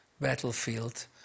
battlefield